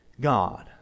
God